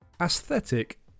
Aesthetic